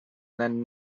then